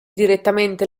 direttamente